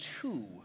two